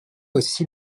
aussi